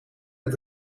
het